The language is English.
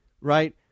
right